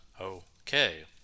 okay